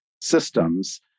systems